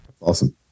Awesome